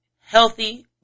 healthy